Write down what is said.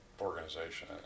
organization